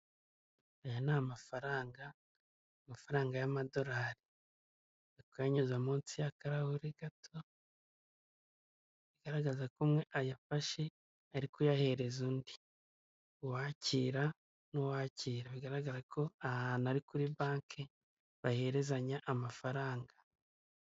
Aya ni amafaranga, amafaranga y'amadorari. Bari kuyanyuza munsi y'akarahuri gato, bigaragaza ko umwe ayafashe, ari kuyahereza undi; uwakira n'uwakira. Bigaragara ko aha hantu ari kuri banki, baherezanya amafaranga.